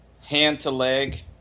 hand-to-leg